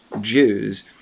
Jews